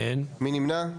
מי נמנע?